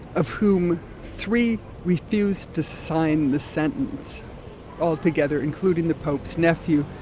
of whom three refused to sign the sentence altogether, including the pope's nephew,